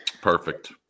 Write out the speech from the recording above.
perfect